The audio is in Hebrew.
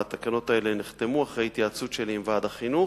התקנות האלה נחתמו אחרי התייעצות שלי עם ועד החינוך,